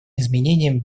изменением